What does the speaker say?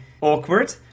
awkward